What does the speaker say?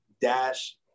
dash